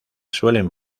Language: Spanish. suelen